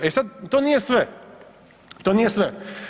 E sad to nije sve, to nije sve.